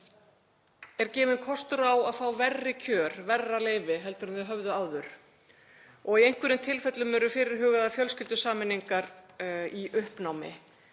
er gefinn kostur á að fá verri kjör, verra leyfi heldur en þau höfðu áður og í einhverjum tilfellum eru fyrirhugaðar fjölskyldusameiningar í uppnámi.